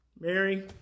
Mary